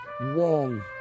wrong